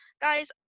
Guys